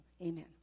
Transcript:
amen